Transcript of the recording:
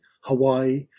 Hawaii